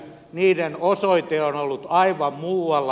niiden osoite on ollut aivan muualla